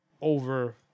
over